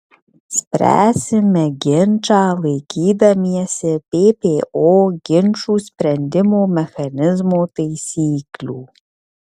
spręsime ginčą laikydamiesi ppo ginčų sprendimo mechanizmo taisyklių